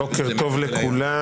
בוקר טוב לכולם.